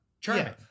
charming